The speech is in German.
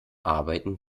arbeiten